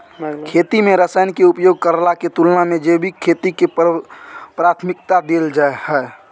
खेती में रसायन के उपयोग करला के तुलना में जैविक खेती के प्राथमिकता दैल जाय हय